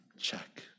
Check